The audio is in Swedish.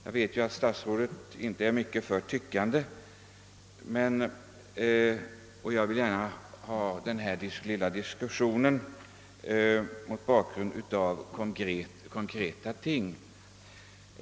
Jag vet att statsrådet inte är mycket för tyckande, och jag vill gärna ha denna lilla diskussion mot bakgrunden av konkreta ting.